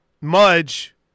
Mudge